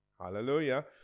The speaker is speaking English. Hallelujah